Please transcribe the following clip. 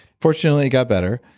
fortunately, it got better,